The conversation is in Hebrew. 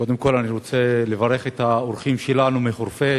קודם כול אני רוצה לברך את האורחים שלנו מחורפיש,